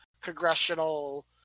congressional